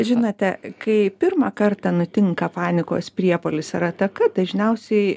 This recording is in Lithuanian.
žinote kai pirmą kartą nutinka panikos priepuolis ar ataka dažniausiai